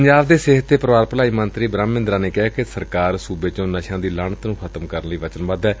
ਪੰਜਾਬ ਦੇ ਸਿਹਤ ਤੇ ਪਰਿਵਾਰ ਭਲਾਈ ਮੰਤਰੀ ਬ੍ਹਮ ਮਹਿੰਦਰਾ ਨੇ ਕਿਹੈ ਕਿ ਸਰਕਾਰ ਸੂਬੇ ਚੋ ਨਸ਼ਿਆਂ ਦੀ ਲਾਹਣਤ ਨੁੰ ਖ਼ਤਮ ਕਰਨ ਲਈ ਵਚਨਬੱਧ ਏ